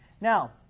Now